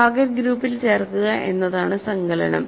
target ഗ്രൂപ്പിൽ ചേർക്കുക എന്നതാണ് സങ്കലനം